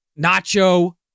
Nacho